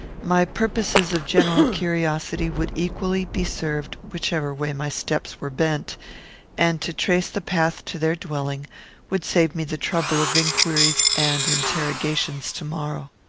my purposes of general curiosity would equally be served whichever way my steps were bent and to trace the path to their dwelling would save me the trouble of inquiries and interrogations to-morrow.